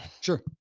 Sure